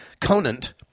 Conant